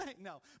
No